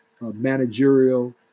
managerial